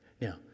Now